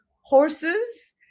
horses